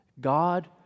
God